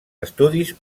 estudis